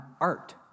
art